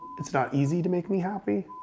it's not easy to make me happy.